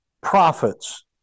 prophets